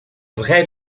vraie